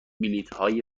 بلیطهای